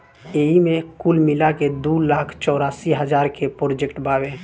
एईमे कुल मिलाके दू लाख चौरासी हज़ार के प्रोजेक्ट बावे